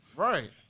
Right